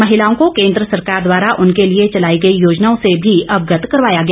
महिलाओं को केंद्र सरकार द्वारा उनके लिए चलाई गई योजनाओं से भी अवगत करवाया गया